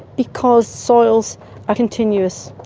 because soils are continuous,